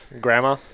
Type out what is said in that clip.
Grandma